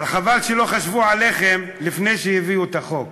חבל שלא חשבו עליכם לפני שהביאו את החוק,